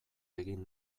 egin